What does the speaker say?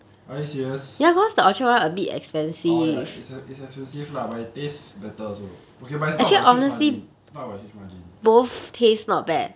are you serious orh ya it's e~ it's expensive lah but it taste better also okay but it's not by a huge margin not by a huge margin